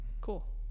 cool